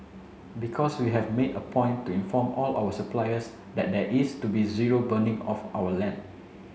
because we have made a point to inform all our suppliers that there is to be zero burning of our land